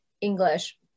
English